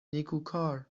نیکوکار